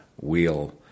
Wheel